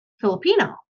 Filipino